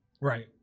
Right